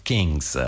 Kings